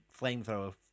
flamethrower